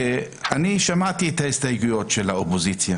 ואני שמעתי את ההסתייגויות של האופוזיציה